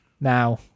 Now